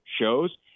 shows